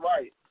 right